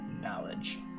knowledge